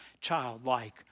childlike